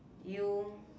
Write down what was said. you